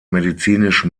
medizinisch